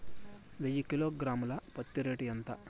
వెయ్యి కిలోగ్రాము ల పత్తి రేటు ఎంత?